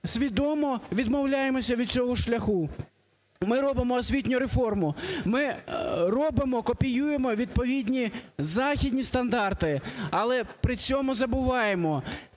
свідомо відмовляємося від цього шляху. Ми робимо освітню реформу. Ми робимо, копіюємо відповідні західні стандарти, але при цьому забуваємо,